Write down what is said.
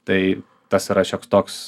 tai tas yra šioks toks